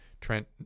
Trent